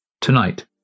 Tonight